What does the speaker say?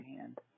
hand